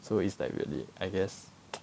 so it's like really I guess